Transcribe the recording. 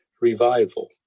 revival